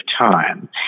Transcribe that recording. time